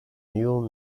new